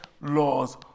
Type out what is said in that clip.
laws